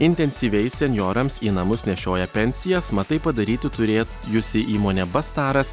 intensyviai senjorams į namus nešioja pensijas mat tai padaryti turė jusi įmonė bastaras